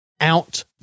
out